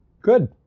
Good